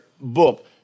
book